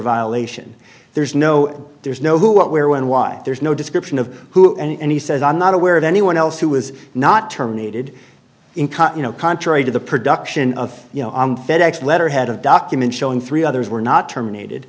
violation there's no there's no who what where when why there's no description of who and he says i'm not aware of anyone else who was not terminated income you know contrary to the production of fed ex letterhead of documents showing three others were not terminated